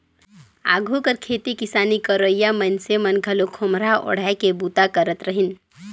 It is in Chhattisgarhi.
आघु कर खेती किसानी करोइया मइनसे मन घलो खोम्हरा ओएढ़ के बूता करत रहिन